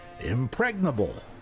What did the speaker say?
Impregnable